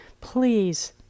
please